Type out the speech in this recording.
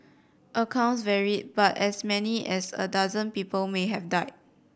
accounts varied but as many as a dozen people may have died